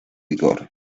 vigor